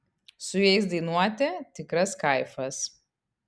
su jais dainuoti tikras kaifas